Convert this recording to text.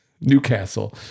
Newcastle